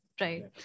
right